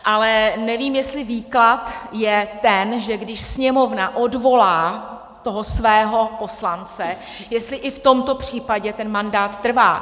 Ale nevím, jestli výklad je ten, že když Sněmovna odvolá toho svého poslance, jestli i v tomto případě ten mandát trvá.